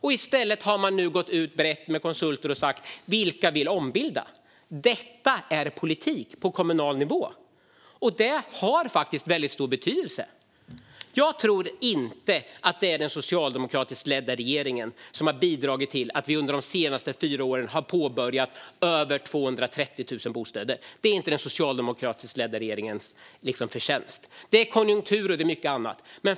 I stället har man gått ut brett till konsulter och frågat: Vilka vill ombilda? Detta är politik på kommunal nivå, och det har faktiskt väldigt stor betydelse. Jag tror inte att det är den socialdemokratiskt ledda regeringen som har bidragit till att man under de senaste fyra åren har påbörjat över 230 000 bostäder. Det är inte den socialdemokratiskt ledda regeringens förtjänst. Det beror på konjunktur och mycket annat.